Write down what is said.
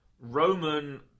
Roman